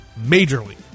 majorly